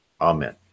amen